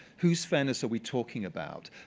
whose fairness are we talking about?